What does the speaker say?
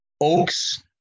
oaks